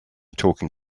talking